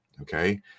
okay